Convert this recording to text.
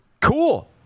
Cool